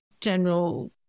general